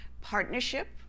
partnership